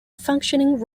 functioning